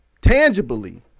tangibly